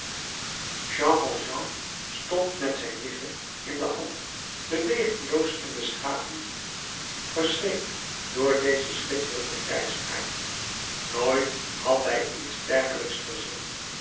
jean valjean stond met zijn wigge in de hand bewegingloos in de schaduw verschrikt voor dezen schitterenden grijsaard nooit had hij iets dergelijks gezien